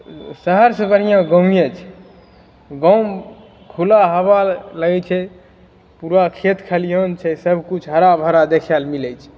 शहर से बढ़िआँ गाँवे छै गाम खुला हबा लगैत छै पूरा खेत खलिहान छै सब किछु हरा भरा देखै लऽ मिलैत छै